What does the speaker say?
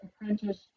apprentice